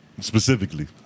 Specifically